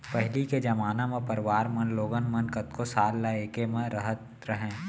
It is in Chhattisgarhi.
पहिली के जमाना म परवार म लोगन मन कतको साल ल एके म रहत रहें